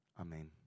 Amen